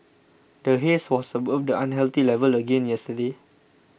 the haze was above the unhealthy level again yesterday